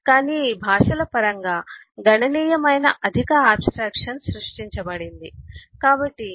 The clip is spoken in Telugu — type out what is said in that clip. కాని ఈ భాషల పరంగా గణనీయమైన అధిక ఆబ్స్ ట్రాక్షన్ సృష్టించబడింది